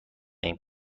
ایم